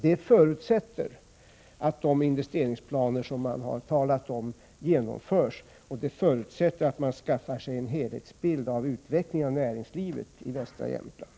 Detta förutsätter att de investeringsplaner man har talat om genomförs, och det förutsätter att man skaffar sig en helhetsbild av näringslivets utveckling i västra Jämtland.